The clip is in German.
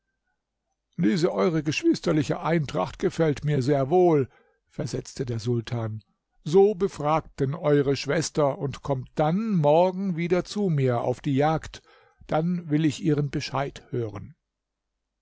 diese eure geschwisterliche eintracht gefällt mir sehr wohl versetzte der sultan so befragt denn eure schwester und kommt dann morgen wieder zu mir auf die jagd dann will ich ihren bescheid hören